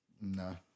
no